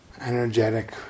Energetic